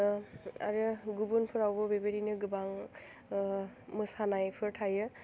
आरो गुबुनफ्रावबो बेबायदिनो गोबां मोसानायफोर थायो